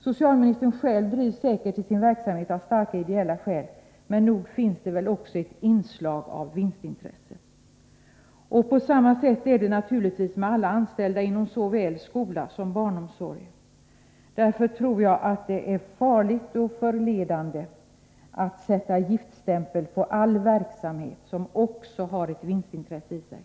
Socialministern drivs säkert själv i sin verksamhet av starka ideella skäl, men nog finns det väl också ett inslag av vinstintresse. På samma sätt är det naturligtvis med alla anställda inom såväl skola som barnomsorg. Därför tror jag att det är farligt och förledande att sätta giftstämpel på all verksamhet som också har ett vinstintresse i sig.